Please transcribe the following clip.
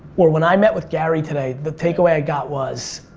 or when i met with gary today the takeaway i got was,